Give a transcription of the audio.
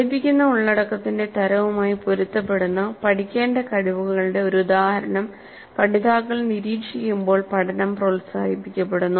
പഠിപ്പിക്കുന്ന ഉള്ളടക്കത്തിന്റെ തരവുമായി പൊരുത്തപ്പെടുന്ന പഠിക്കേണ്ട കഴിവുകളുടെ ഒരു ഉദാഹരണം പഠിതാക്കൾ നിരീക്ഷിക്കുമ്പോൾ പഠനം പ്രോത്സാഹിപ്പിക്കപ്പെടുന്നു